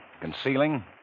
concealing